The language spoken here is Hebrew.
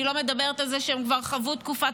ואני לא מדברת על זה שהם כבר חוו תקופת